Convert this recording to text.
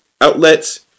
outlets